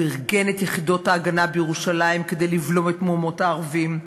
הוא ארגן את יחידות ההגנה בירושלים כדי לבלום את מהומות הערבים,